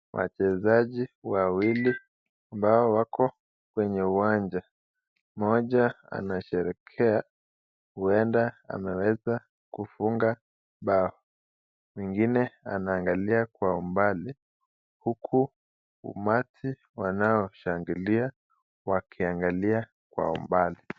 Wachezaji wawili ambao wako kwenye uwanja. Mmoja anasherehekea huenda ameweza kufunga bao. Mwingine anaangalia kwa umbali huku umati wanaoshangilia wakiangalia kwa umbali.